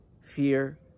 fear